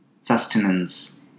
sustenance